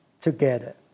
together